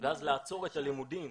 ואז לעצור את הלימודים,